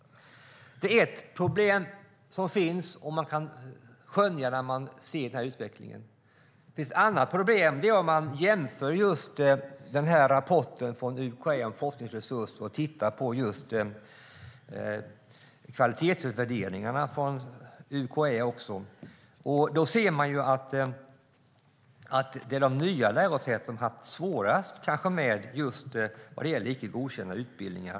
Det är ett problem som finns och som man kan skönja när man ser utvecklingen. Ett annat problem ser man om man jämför rapporten från UKÄ om forskningsresurser med kvalitetsutvärderingarna från UKÄ: Det är de nya lärosätena som haft det svårast vad gäller icke godkända utbildningar.